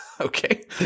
Okay